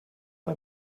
bei